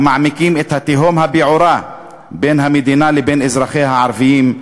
המעמיקים את התהום הפעורה בין המדינה לבין אזרחיה הערבים,